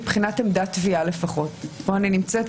מבחינת עמדת תביעה לפחות פה אני נמצאת,